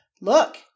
Look